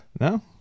No